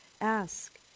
Ask